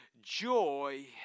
joy